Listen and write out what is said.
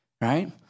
right